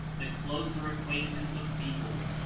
the closer acquaintance of peoples,